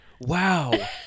Wow